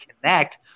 connect